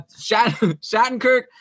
Shattenkirk